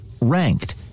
ranked